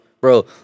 Bro